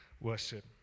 worship